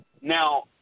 Now